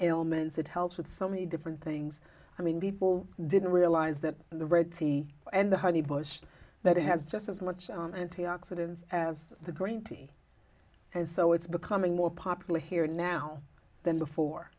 ailments it helps with so many different things i mean people didn't realize that the red sea and the honey bush that it has just as much on antioxidants as the green tea and so it's becoming more popular here now than before